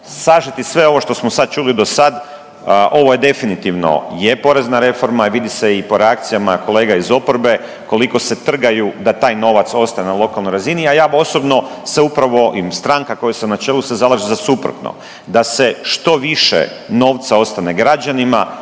sažeti sve ovo što smo sad čuli dosad ovo je definitivno je porezna reforma i vidi se po reakcijama kolega iz oporbe koliko se trgaju da taj novac ostane na lokalnoj razini, a ja osobno se upravo i stranka kojoj sam na čelu se zalaže za suprotno. Da se što više novca ostane građanima,